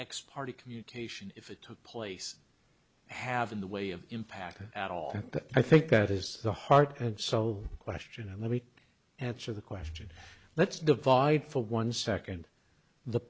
x party communication if it took place have in the way of impact at all and i think that is the heart and soul question and let me answer the question let's divide for one second the